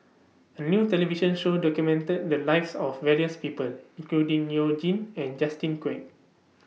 A New television Show documented The Lives of various People including YOU Jin and Justin Quek